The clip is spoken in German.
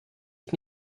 ich